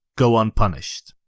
go unpunished.